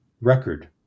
record